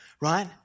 right